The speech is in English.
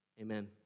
Amen